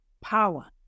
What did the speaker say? power